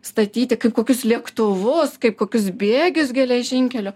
statyti kaip kokius lėktuvus kaip kokius bėgius geležinkeliu